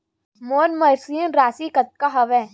मोर मासिक राशि कतका हवय?